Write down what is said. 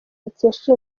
dukesha